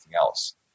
else